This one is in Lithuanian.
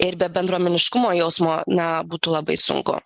ir be bendruomeniškumo jausmo na būtų labai sunku